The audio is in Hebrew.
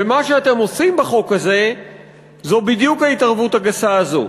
ומה שאתם עושים בחוק הזה זו בדיוק ההתערבות הגסה הזאת.